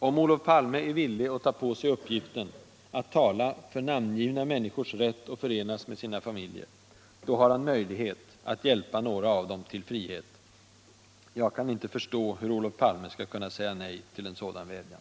Om Olof Palme är villig att ta på sig uppgiften att tala för namngivna människors rätt att förenas med sina familjer, då har han möjlighet att hjälpa några av dem till frihet. Jag kan inte förstå hur Olof Palme skall kunna säga nej till en sådan vädjan.